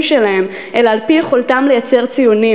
שלהם אלא על-פי יכולתם לייצר ציונים,